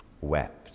wept